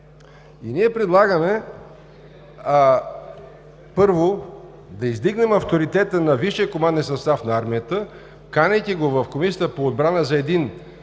Ние предлагаме, първо, да издигнем авторитета на висшия команден състав на армията канейки го в Комисията по отбрана за един